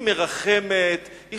היא מרחמת, היא